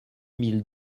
mille